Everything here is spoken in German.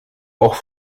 auch